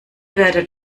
werdet